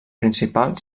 principal